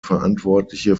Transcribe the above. verantwortliche